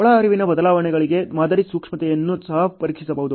ಒಳಹರಿವಿನ ಬದಲಾವಣೆಗಳಿಗೆ ಮಾದರಿಯ ಸೂಕ್ಷ್ಮತೆಯನ್ನು ಸಹ ಪರೀಕ್ಷಿಸಬಹುದು